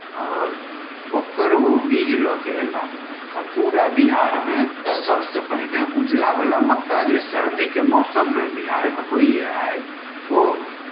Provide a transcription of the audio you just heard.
आओर ओकर ओ बीज लऽ कऽ अयलाह आ पूरा बिहारमे सभसँ पहिने उजलावला मक्का जे सर्दीके मौसममे बिहारमे होइए आइ ओ